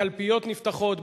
הקלפיות נפתחות,